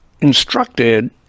instructed